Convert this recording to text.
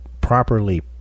properly